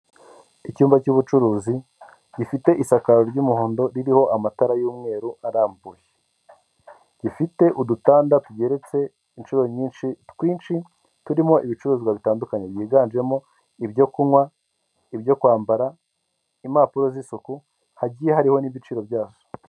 Icyumba cy'ubucuruzi, gifite isakaro ry'umuhondo, ririho amatara y'umweru arambuye. Gifite udutanda tugeretse inshuro nyinshi, twinshi, turimo ibicuruzwa bitandukanye. Byiganjemo ibyo kunywa, ibyo kwambara, impapuro z'isuku, hagiye hariho n'ibiciro byazo.